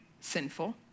sinful